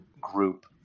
group